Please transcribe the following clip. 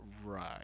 Right